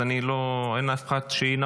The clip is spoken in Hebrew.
אז אין אף אחד שינמק.